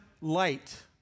light